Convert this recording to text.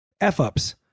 f-ups